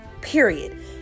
period